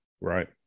Right